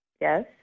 yes